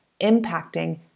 impacting